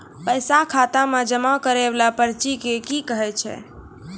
पैसा खाता मे जमा करैय वाला पर्ची के की कहेय छै?